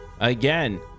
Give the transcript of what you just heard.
Again